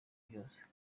byose